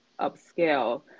upscale